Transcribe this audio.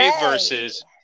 versus